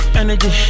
energy